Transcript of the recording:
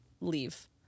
leave